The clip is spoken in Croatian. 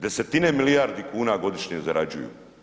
Desetine milijardi kuna godišnje zarađuju.